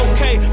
Okay